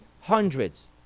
hundreds